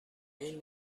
این